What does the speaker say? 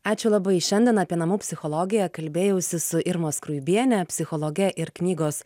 ačiū labai šiandien apie namų psichologiją kalbėjausi su irma skruibiene psichologe ir knygos